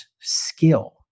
skill